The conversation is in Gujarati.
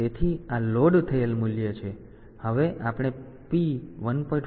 તેથી આ લોડ થયેલ મૂલ્ય છે હવે આપણે p1